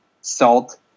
salt